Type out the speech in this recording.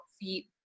feet